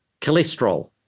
cholesterol